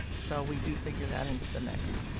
so we do figure that into the mix.